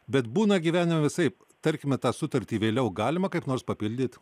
bet būna gyvenime visaip tarkime tą sutartį vėliau galima kaip nors papildyt